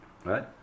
Right